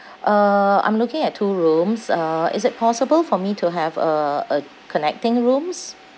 uh I'm looking at two rooms uh is it possible for me to have uh uh connecting rooms